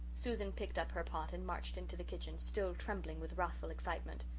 susan picked up her pot and marched into the kitchen, still trembling with wrathful excitement.